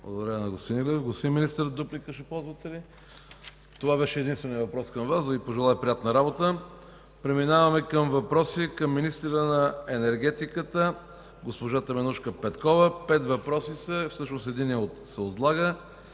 Благодаря на господин Иглев. Господин Министър, дуплика ще ползвате ли? Това беше единственият въпрос към Вас. Да Ви пожелая приятна работа. Преминаваме към въпроси към министъра на енергетиката госпожа Теменужка Петкова. Пет въпроса са. Единият се отлага.